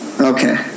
okay